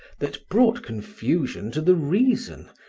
that brought confusion to the reason,